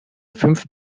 fünf